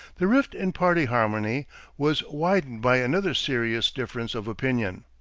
the rift in party harmony was widened by another serious difference of opinion.